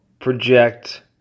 project